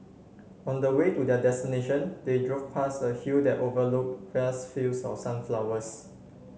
on the way to their destination they drove past a hill that overlook vast fields of sunflowers